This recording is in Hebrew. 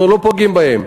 אנחנו לא פוגעים בהם.